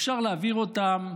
אפשר להעביר אותם.